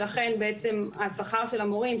ולכן השכר של המורים,